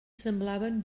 semblaven